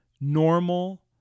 normal